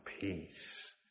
peace